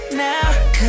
now